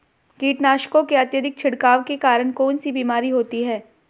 कीटनाशकों के अत्यधिक छिड़काव के कारण कौन सी बीमारी होती है?